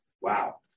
Wow